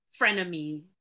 frenemy